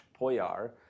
Poyar